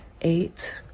eight